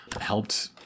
helped